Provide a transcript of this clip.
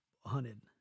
hunted